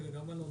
גם על הונאה.